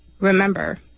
remember